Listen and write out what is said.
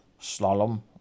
Slalom